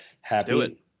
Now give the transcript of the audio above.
happy